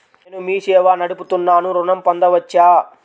నేను మీ సేవా నడుపుతున్నాను ఋణం పొందవచ్చా?